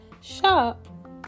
shop